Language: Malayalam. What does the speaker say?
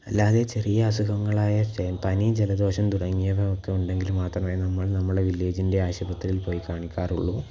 അല്ലാതെ ചെറിയ അസുഖങ്ങളായ പനി ജലദോഷം തുടങ്ങിയവ ഒക്കെ ഉണ്ടെങ്കിൽ നമ്മൾ നമ്മളെ വില്ലേജിൻ്റെ ആശുപത്രിയിൽ പോയിക്കാണിക്കാറുള്ളു